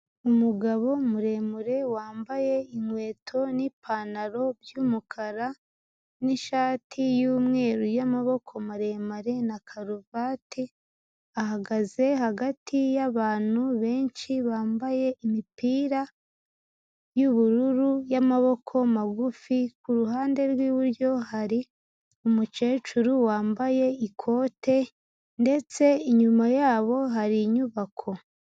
Umugabo muremure wambaye inkweto n'ipantaro by'umukara n'ishati y'umweru y'amaboko maremare na karuvati, ahagaze hagati y'abantu benshi bambaye imipira y'ubururu y'amaboko magufi. Ku ruhande rw'iburyo hari umukecuru wambaye ikote ndetse inyuma yabo hari inyubako.